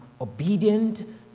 obedient